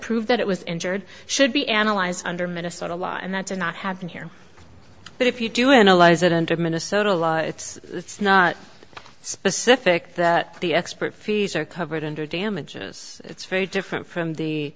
prove that it was injured should be analyzed under minnesota law and that did not happen here but if you do analyze it under minnesota law it's specific that the expert fees are covered under damages it's very different from the